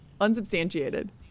Unsubstantiated